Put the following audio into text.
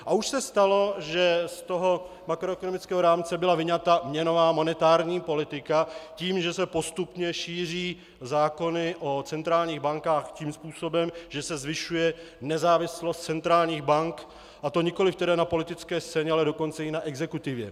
A už se stalo, že z toho makroekonomického rámce byla vyňata měnová monetární politika tím, že se postupně šíří zákony o centrálních bankách tím způsobem, že se zvyšuje nezávislost centrálních bank, a to nikoliv na politické scéně, ale dokonce i na exekutivě.